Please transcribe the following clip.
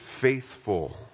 faithful